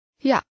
Ja